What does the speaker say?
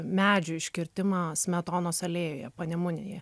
medžių iškirtimą smetonos alėjoje panemunėje